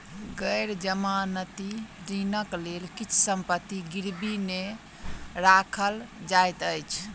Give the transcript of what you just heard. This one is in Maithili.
गैर जमानती ऋणक लेल किछ संपत्ति गिरवी नै राखल जाइत अछि